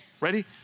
Ready